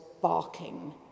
barking